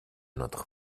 notre